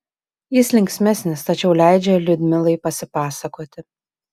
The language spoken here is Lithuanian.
jis linksmesnis tačiau leidžia liudmilai pasipasakoti